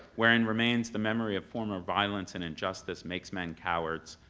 wherein remains the memory of former violence and injustice makes men cowards,